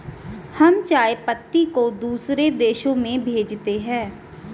हम चाय पत्ती को दूसरे देशों में भेजते हैं